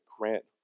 grant